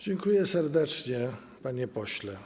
Dziękuję serdecznie, panie pośle.